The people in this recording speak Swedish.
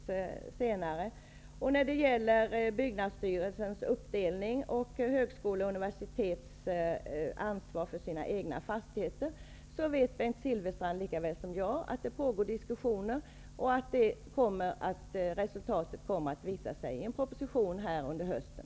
Bengt Silfverstrand vet likaväl som jag att det pågår diskussioner när det gäller byggnadsstyrelsens uppdelning och högskolors och universitets ansvar för sina egna fastigheter. Resultatet av dessa kommer att visa sig i en proposition under hösten.